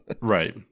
Right